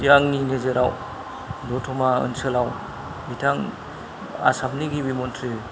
आंनि नोजोराव दतमा ओनसोलाव बिथां आसामनि गहाय मन्थ्रिनि